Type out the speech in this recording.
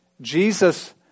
Jesus